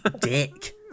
dick